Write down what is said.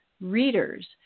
readers